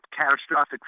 catastrophic